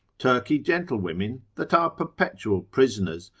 turkey gentlewomen, that are perpetual prisoners,